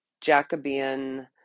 jacobean